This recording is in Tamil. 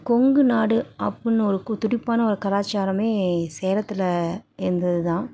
கொங்கு நாடு அப்புடின்னு ஒரு கு துடிப்பான ஒரு கலாச்சாரமே சேலத்தில் இருந்ததுதான்